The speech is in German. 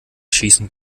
schießen